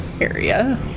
area